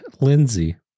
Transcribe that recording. Lindsay